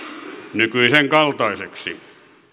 nykyisen kaltaiseksi